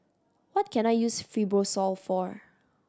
what can I use Fibrosol for